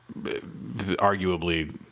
arguably